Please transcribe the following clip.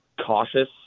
cautious